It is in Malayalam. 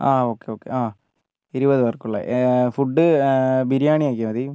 ആ ഓക്കെ ഓക്കെ ആ ഇരുപതുപേർക്കുള്ള ഫുഡ് ബിരിയാണിയാക്കിയാൽ മതി